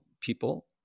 people